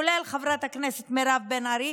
כולל חברת הכנסת מירב בן ארי,